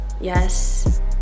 Yes